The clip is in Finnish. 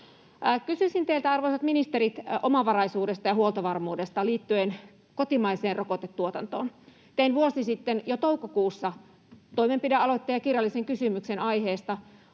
Kysyisin teiltä, arvoisat ministerit, omavaraisuudesta ja huoltovarmuudesta liittyen kotimaiseen rokotetuotantoon. Tein vuosi sitten jo toukokuussa toimenpidealoitteen ja kirjallisen kysymyksen aiheesta.